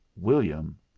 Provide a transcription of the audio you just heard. William